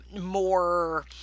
more